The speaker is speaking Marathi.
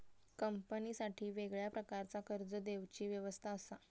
कंपनीसाठी वेगळ्या प्रकारचा कर्ज देवची व्यवस्था असा